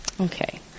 Okay